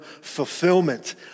fulfillment